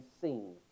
seen